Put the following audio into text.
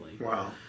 Wow